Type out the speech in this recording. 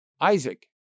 Isaac